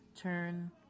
turn